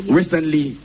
recently